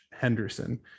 Henderson